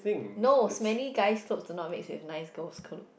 no so many guys thought the not make with has nice goal column